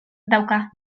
dauka